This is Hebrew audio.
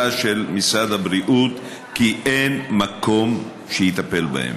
של משרד הבריאות שאין מקום שיטפל בהם.